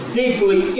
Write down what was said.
deeply